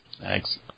Thanks